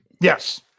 Yes